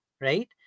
right